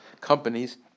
companies